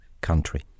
country